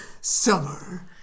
summer